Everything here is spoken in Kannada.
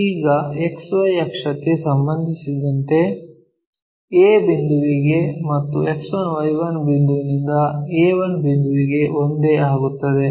ಈಗ XY ಅಕ್ಷಕ್ಕೆ ಸಂಬಂಧಿಸಿದಂತೆ a ಬಿಂದುವಿಗೆ ಮತ್ತು X1 Y1 ಬಿಂದುವಿನಿಂದ a1 ಬಿಂದುವಿಗೆ ಒಂದೇ ಆಗುತ್ತದೆ